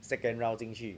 second round 进去